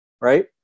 Right